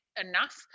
enough